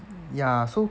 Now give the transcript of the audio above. ya so